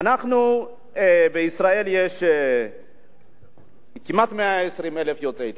בישראל יש כמעט 120,000 יוצאי אתיופיה,